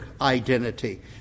identity